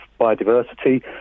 biodiversity